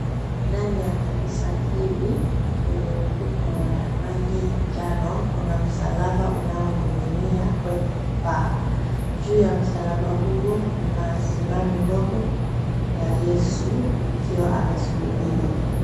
Ndani ya kanisa hili, yenye ukuta ya rangi njano, kuna msalaba unaoning'inia kwenye paa. Juu ya msalaba huo kuna sanamu ndogo ya Yesu akiwa amesulubiwa.